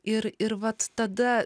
ir ir vat tada